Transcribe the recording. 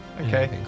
Okay